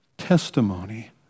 testimony